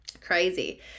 Crazy